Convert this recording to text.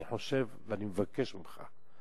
אני מבקש ממך.